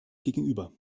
gegenüber